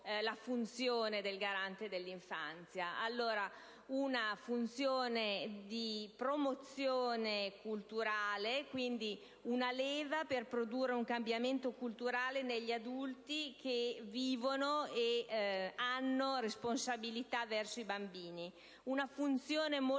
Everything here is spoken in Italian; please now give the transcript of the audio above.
dal testo, del Garante per l'infanzia? Avrà una funzione di promozione culturale, quindi sarà una leva per produrre un cambiamento culturale negli adulti che hanno responsabilità verso i bambini; una funzione molto